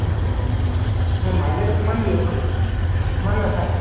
এই মাইলেজ কিমান দিয়ে এইখন কিমান দেখায়